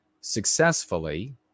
successfully